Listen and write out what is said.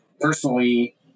personally